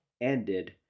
ended